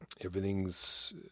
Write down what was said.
everything's